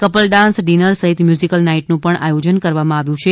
couple dance dinner સહિત musical નાઇટનું પણ આયોજન કરવામાં આવ્યું છે